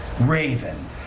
Raven